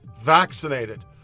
vaccinated